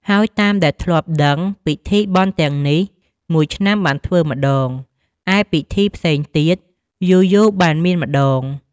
ហើយតាមដែលធ្លាប់ដឹងពិធីបុណ្យទាំងនេះមួយឆ្នាំបានធ្វើម្ដង ឯពិធីផ្សេងទៀតយូរៗបានមានម្ដង។